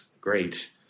Great